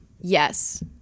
Yes